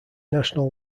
national